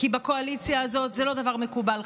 כי בקואליציה הזאת זה לא דבר מקובל,